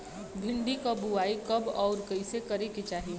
भिंडी क बुआई कब अउर कइसे करे के चाही?